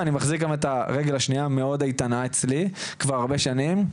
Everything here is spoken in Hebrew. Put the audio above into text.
ואני מחזיק גם את הרגל השנייה מאוד איתנה אצלי כבר הרבה שנים,